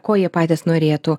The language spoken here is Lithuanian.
ko jie patys norėtų